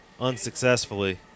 unsuccessfully